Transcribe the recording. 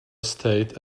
estate